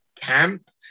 camp